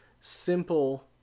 simple